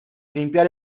limpiar